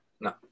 no